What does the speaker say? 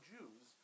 Jews